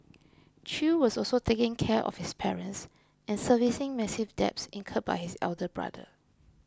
Chew was also taking care of his parents and servicing massive debts incurred by his elder brother